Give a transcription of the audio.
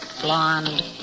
blonde